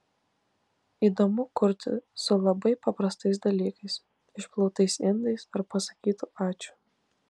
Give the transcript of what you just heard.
įdomu kurti su labai paprastais dalykais išplautais indais ar pasakytu ačiū